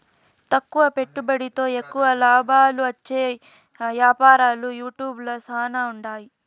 తక్కువ పెట్టుబడితో ఎక్కువ లాబాలొచ్చే యాపారాలు యూట్యూబ్ ల శానా ఉండాయి